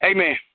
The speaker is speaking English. Amen